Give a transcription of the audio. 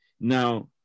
Now